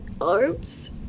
arms